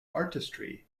artistry